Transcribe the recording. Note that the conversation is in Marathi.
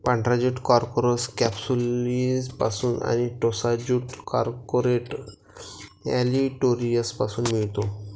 पांढरा ज्यूट कॉर्कोरस कॅप्सुलरिसपासून आणि टोसा ज्यूट कॉर्कोरस ऑलिटोरियसपासून मिळतो